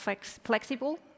flexible